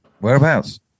Whereabouts